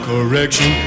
correction